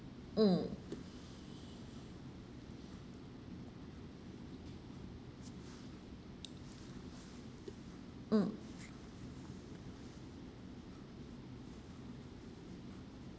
mm mm